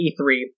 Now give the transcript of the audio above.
E3